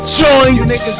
joints